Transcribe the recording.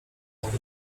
owym